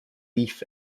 beef